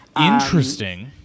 Interesting